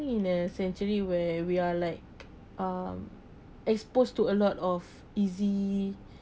in a century where we are like uh exposed to a lot of easy